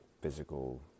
physical